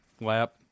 Lap